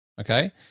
Okay